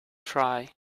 try